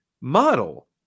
model